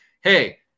Hey